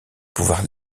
pouvoir